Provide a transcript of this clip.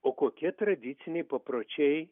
o kokie tradiciniai papročiai